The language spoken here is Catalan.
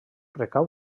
recau